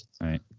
right